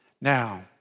Now